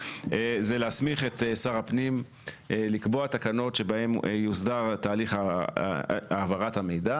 זה להסמיך את שר הפנים לקבוע תקנות בהן יוסדר תהליך העברת המידע